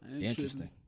interesting